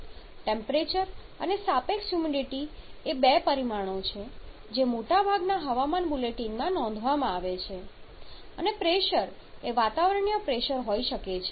temperature અને સાપેક્ષ humidity એ બે પરિમાણો છે જે મોટાભાગના હવામાન બુલેટિનમાં નોંધવામાં આવે છે અને પ્રેશર એ વાતાવરણીય પ્રેશર હોઈ શકે છે